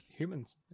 humans